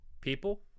people